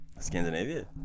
Scandinavia